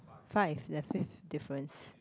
five there are fifth difference